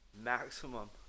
maximum